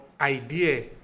idea